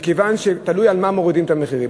תלוי על מה מורידים את המחירים.